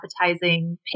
appetizing